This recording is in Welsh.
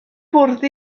bwrdd